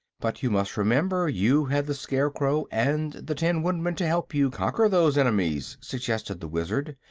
but you must remember you had the scarecrow and the tin woodman to help you conquer those enemies, suggested the wizard.